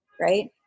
Right